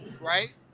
Right